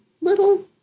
little